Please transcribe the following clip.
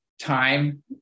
time